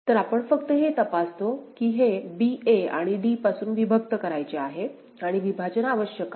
तर आपण फक्त हे तपासतो की हे b a आणि d पासून विभक्त करायचे आहे आणि विभाजन आवश्यक आहे